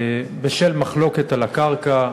בשל מחלוקת על הקרקע,